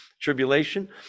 tribulation